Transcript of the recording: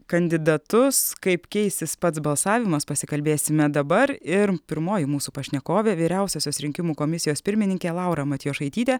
kandidatus kaip keisis pats balsavimas pasikalbėsime dabar ir pirmoji mūsų pašnekovė vyriausiosios rinkimų komisijos pirmininkė laura matjošaitytė